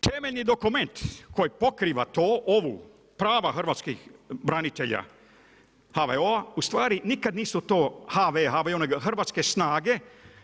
Temeljni dokument koji pokriva to, ovu prava hrvatskih branitelja, HVO-a ustvari nikada nisu to HV, HVO nego hrvatske snage.